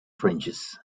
fringes